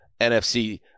NFC